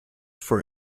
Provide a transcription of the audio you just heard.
for